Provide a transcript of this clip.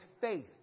faith